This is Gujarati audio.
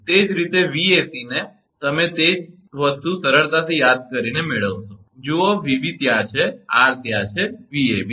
એ જ રીતે 𝑉𝑎𝑐 તે જ રીતે તમે તે જ વસ્તુ સરળતાથી યાદ કરીને મેળવશો જુઓ 𝑉𝑎𝑏 ત્યાં છે 𝑟 ત્યાં છે 𝑉𝑎𝑏